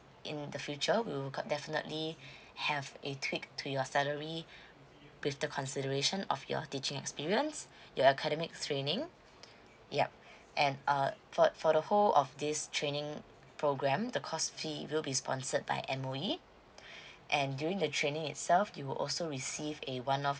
in the future will got definitely have a tweak to your salary with the consideration of your teaching experience your academic training yup and uh for for the whole of this training program the cost fee will be sponsored by M_O_E and during the training itself you will also receive a one off